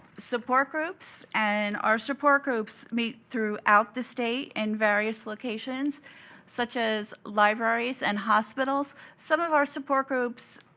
support groups and our support groups meet throughout the state in various locations such as libraries and hospitals. some of our support groups